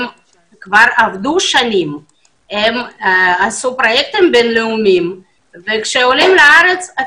כי הם כבר עבדו שנים ועשו פרויקטים בין-לאומיים אבל כשהם עולים לארץ,